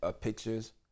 pictures